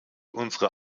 unser